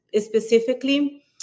specifically